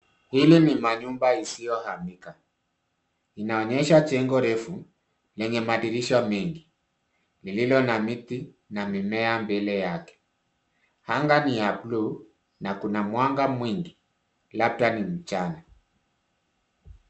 Hili ni nyumba isiohamishika. Inaonyesha jengo refu yenye madirisha mengi lililo na miti na mimea mbele yake. Anga ni ya bluu na kuna mwanga mwingi, labda ni mchana.